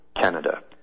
Canada